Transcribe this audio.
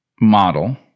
model